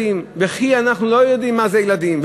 וכי אנחנו לא יודעים מה זה ילדים,